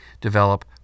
develop